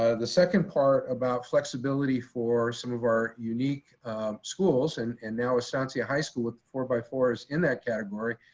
ah the second part about flexibility for some of our unique schools and and now estancia high school with four-by-fours in that category,